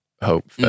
hope